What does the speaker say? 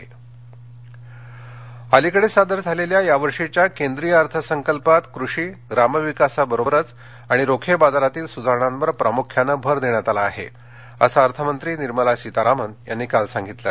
सीतारामन अलिकडेच सादर झालेल्या या वर्षीच्या केंद्रीय अर्थसंकल्पात कृषी ग्रामविकासाबरोबरच आणि रोखे बाजारातील सुधारणांवर प्रामुख्याने भर देण्यात आला आहे असं अर्थमंत्री निर्मला सीतारामन यांनी काल सांगितलं